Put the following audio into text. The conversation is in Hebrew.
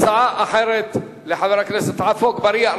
הצעה אחרת לחבר הכנסת עפו אגבאריה.